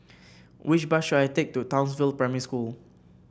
which bus should I take to Townsville Primary School